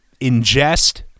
ingest